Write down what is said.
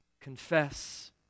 confess